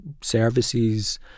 services